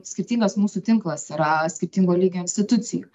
skirtingas mūsų tinklas yra skirtingo lygio institucijų